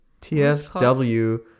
TFW